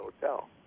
hotel